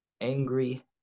Angry